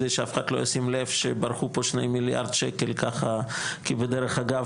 כדי שאף אחד לא ישים לב שברחו פה שני מיליארד שקל ככה כשבדרך אגב,